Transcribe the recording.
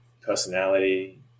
personality